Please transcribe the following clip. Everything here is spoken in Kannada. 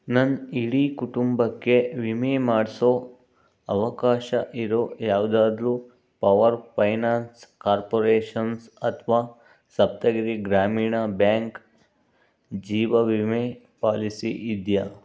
ನನ್ನ ಇಡೀ ಕುಟುಂಬಕ್ಕೆ ವಿಮೆ ಮಾಡಿಸೋ ಅವಕಾಶ ಇರೋ ಯಾವ್ದಾದರೂ ಪವರ್ ಫೈನಾನ್ಸ್ ಕಾರ್ಪೊರೇಷನ್ಸ್ ಅಥ್ವಾ ಸಪ್ತಗಿರಿ ಗ್ರಾಮೀಣ ಬ್ಯಾಂಕ್ ಜೀವ ವಿಮೆ ಪಾಲಿಸಿ ಇದೆಯಾ